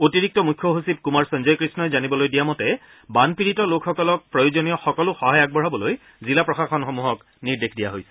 অতিৰিক্ত মুখ্য সচিব কুমাৰ সঞ্জয়কৃষ্ণই জানিবলৈ দিয়া মতে বানপীড়িত লোকসকলক প্ৰয়োজনীয় সকলো সহায় আগবঢ়াবলৈ জিলা প্ৰশাসনসমূহক নিৰ্দেশ দিয়া হৈছে